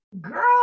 Girl